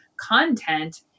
content